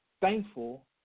thankful